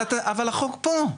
אבל החוק פה.